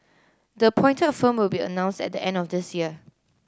the appointed a firm will be announced at the end of this year